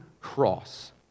cross